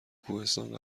کوهستان